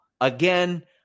again